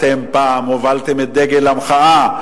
אתם פעם הובלתם את דגל המחאה,